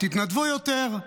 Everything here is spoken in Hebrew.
התנדבו יותר.